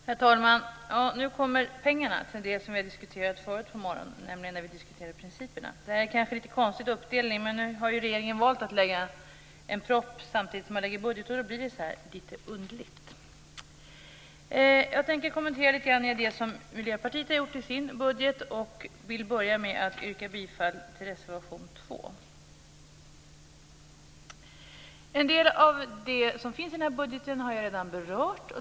Herr talman! Nu kommer pengarna till det som vi diskuterade förut på morgonen, dvs. när vi diskuterade principerna. Det är kanske en litet konstig uppdelning, men nu har ju regeringen valt att lägga fram en propositionen samtidigt som budgeten, och då blir det litet underligt. Jag tänker kommentera det som Miljöpartiet har gjort i sin budget. Jag vill börja med att yrka bifall till reservation 2. En del av det som finns i den här budgeten har jag redan berört.